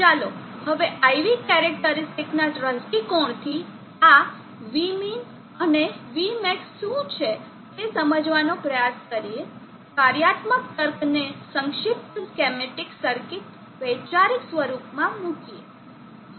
ચાલો હવે IV characteristic ના દૃષ્ટિકોણથી આ Vmin અને Vmax શું છે તે સમજવાનો પ્રયાસ કરીને કાર્યાત્મક તર્કને સંક્ષિપ્ત સ્કેમેટીક સર્કિટ વૈચારિક સ્વરૂપમાં મૂકીએ